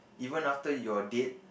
even after you are dead